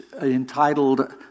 entitled